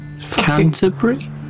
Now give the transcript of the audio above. Canterbury